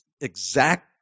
exact